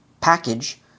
package